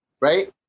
Right